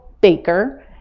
Baker